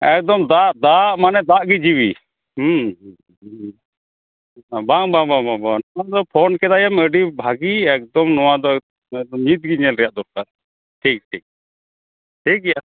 ᱮᱠᱫᱚᱢ ᱫᱟᱜ ᱫᱟᱜ ᱢᱟᱱᱮ ᱫᱟᱜ ᱜᱮ ᱡᱤᱣᱤ ᱵᱟᱝ ᱵᱟᱝ ᱵᱟᱝ ᱚᱱᱠᱟ ᱫᱚ ᱯᱷᱳᱱ ᱠᱮᱫᱟᱭᱮᱢ ᱟᱹᱰᱤ ᱵᱷᱟᱹᱜᱤ ᱮᱠᱫᱚᱢ ᱱᱚᱣᱟ ᱫᱚ ᱮᱠᱫᱚᱢ ᱱᱤᱛ ᱜᱮ ᱧᱮᱞ ᱨᱮᱭᱟᱜ ᱫᱚᱨᱠᱟᱨ ᱴᱷᱤᱠ ᱴᱷᱤᱠ ᱴᱷᱤᱠ ᱜᱮᱭᱟ